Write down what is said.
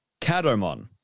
Cadomon